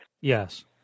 Yes